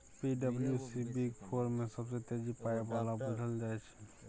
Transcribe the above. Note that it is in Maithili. पी.डब्ल्यू.सी बिग फोर मे सबसँ बेसी पाइ बला बुझल जाइ छै